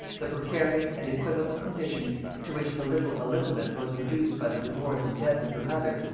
the precarious and equivocal condition to which the little elizabeth was reduced by the divorce and death of her mother,